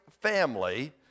family